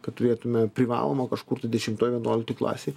kad turėtume privalomą kažkur tai dešimtoj vienuoliktoj klasėj